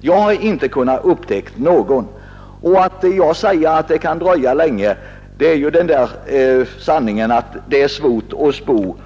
Jag har inte kunnat upptäcka någon sådan motion. Om jag säger att det kan dröja länge med en konjunkturförbättring är det på grund av den gamla sanningen att det är svårt att spå.